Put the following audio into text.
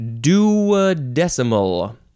Duodecimal